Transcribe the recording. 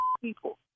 people